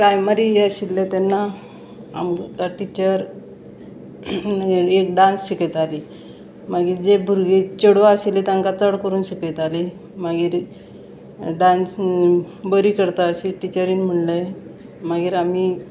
primary आशिल्लें तेन्ना आमकां टिचर एक डांस शिकयताली मागीर जे भुरगीं चेडवां आशिल्लीं तांकां चड करून शिकयताली मागीर डांस बरी करता अशी टिचरीन म्हणलें मागीर आमी